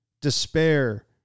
Despair